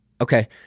Okay